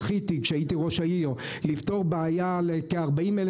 זכיתי כשהייתי ראש עיר לפתור בעיה של כ-40,000